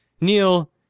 Neil